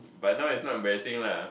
but now it's not embarrassing lah